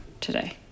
today